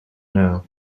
know